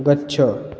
गच्छ